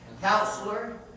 Counselor